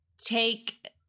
Take